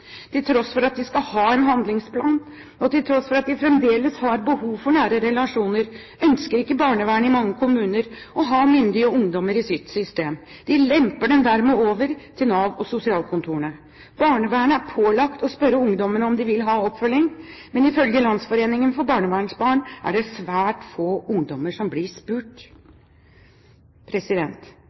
Til tross for at de skal ha en handlingsplan, og til tross for at de fremdeles har behov for nære relasjoner, ønsker ikke barnevernet i mange kommuner å ha myndige ungdommer i sitt system. De lemper dem dermed over til Nav og sosialkontorene. Barnevernet er pålagt å spørre ungdommene om de vil ha oppfølging, men ifølge Landsforeningen for barnevernsbarn er det svært få ungdommer som blir spurt.